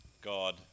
God